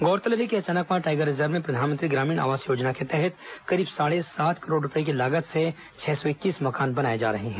गौरतलब है कि अचानकमार टाईगर रिजर्व में प्रधानमंत्री ग्रामीण आवास योजना के तहत करीब साढ़े सात करोड़ रूपए की लागत से छह सौ इक्कीस मकान बनाए जा रहे हैं